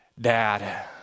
dad